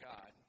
God